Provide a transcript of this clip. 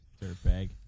Dirtbag